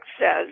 says